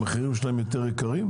המחירים שלהם יותר יקרים,